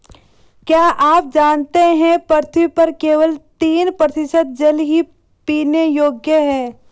क्या आप जानते है पृथ्वी पर केवल तीन प्रतिशत जल ही पीने योग्य है?